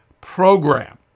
program